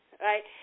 right